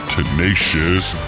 Tenacious